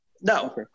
no